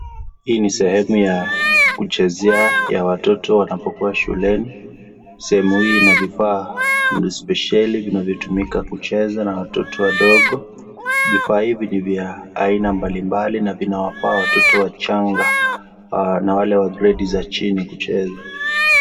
Hii ni sehemu ya kuchezea ya watoto wanapokua shuleni. Sehemu hii ina vifaa spesheli vinavyotumika kucheza na watoto wadogo. Vifaa hivi ni vya aina mbalimbali na vinawafaa watoto wachanga na wale wa gredi za chini kucheza.